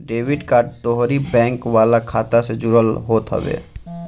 debit card तोहरी bank वाला खाता से जुड़ल होत हवे